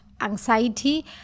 anxiety